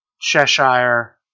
Cheshire